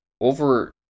over